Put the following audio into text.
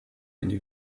eine